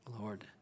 Lord